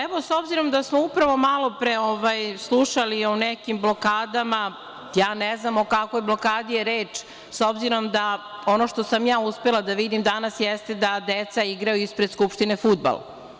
Evo, s obzirom da smo upravo malo pre slušali o nekim blokadama, ja ne znam o kakvoj blokadi je reč, s obzirom da ono što sam ja uspela da vidim danas jeste da deca igraju ispred Skupštine fudbal.